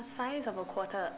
a size of a quarter